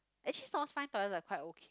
actually South Spine toilet quite okay